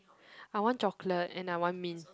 I want chocolate and I want mint